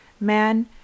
Man